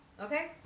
Okay